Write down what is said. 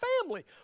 family